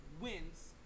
wins